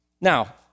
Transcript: Now